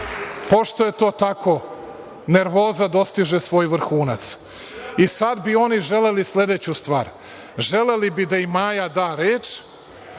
Pošto je to tako, nervoza dostiže svoj vrhunac. Sad bi oni želeli sledeću stvar. Želeli bi da im Maja da reč,